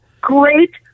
great